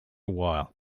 while